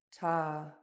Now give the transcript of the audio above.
ta